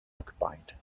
occupied